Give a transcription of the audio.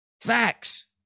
Facts